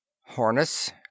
Harness